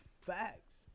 facts